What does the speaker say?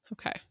Okay